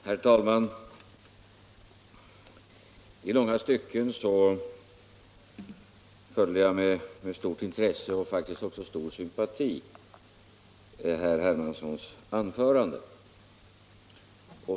Herr talman! I långa stycken kunde jag med stort intresse och faktiskt också med stor sympati följa herr Hermanssons anförande.